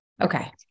okay